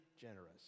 generous